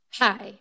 hi